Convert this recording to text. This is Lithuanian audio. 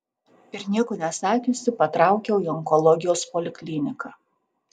ir nieko nesakiusi patraukiau į onkologijos polikliniką